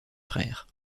frères